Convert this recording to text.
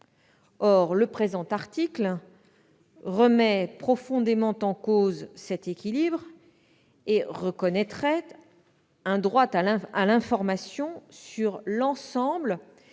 Or le présent article remet profondément en cause cet équilibre, en reconnaissant un droit à l'information sur l'ensemble des pans